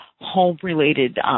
home-related